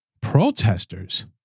protesters